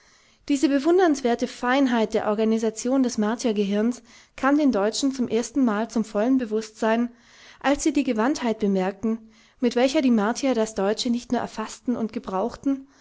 diese bewundernswerte feinheit der organisation des martiergehirns kam den deutschen zum erstenmal zum vollen bewußtsein als sie die gewandtheit bemerkten mit welcher die martier das deutsche nicht nur erfaßten und gebrauchten